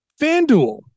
FanDuel